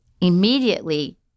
immediately